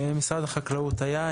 משרד החקלאות היה.